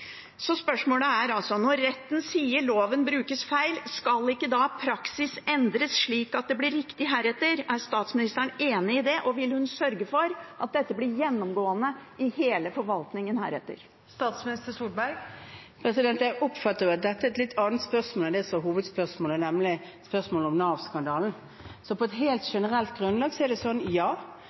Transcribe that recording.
Spørsmålet er: Når retten sier at loven brukes feil, skal ikke da praksis endres slik at det blir riktig heretter? Er statsministeren enig i det, og vil hun sørge for at dette blir gjennomgående i hele forvaltningen heretter? Jeg oppfatter at dette er et litt annet spørsmål enn det som var hovedspørsmålet, nemlig spørsmålet om Nav-skandalen. På et helt generelt grunnlag er svaret ja, men det er slik at når det